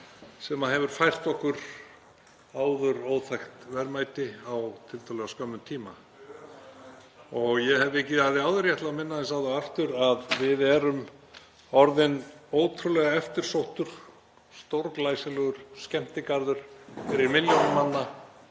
sem hefur fært okkur áður óþekkt verðmæti á tiltölulega skömmum tíma og ég hef vikið að því áður. Ég ætla að minna aðeins á það aftur að við erum orðin ótrúlega eftirsóttur og stórglæsilegur skemmtigarður fyrir milljónir manna